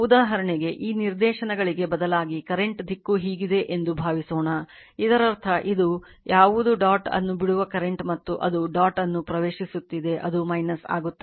ಉದಾಹರಣೆಗೆ ಈ ನಿರ್ದೇಶನಗಳಿಗೆ ಬದಲಾಗಿ ಕರೆಂಟ್ ದಿಕ್ಕು ಹೀಗಿದೆ ಎಂದು ಭಾವಿಸೋಣ ಇದರರ್ಥ ಇದು ಯಾವುದು ಡಾಟ್ ಅನ್ನು ಬಿಡುವ ಕರೆಂಟ್ ಮತ್ತು ಅದು ಡಾಟ್ ಅನ್ನು ಪ್ರವೇಶಿಸುತ್ತಿದೆ ಅದು ಇರುತ್ತದೆ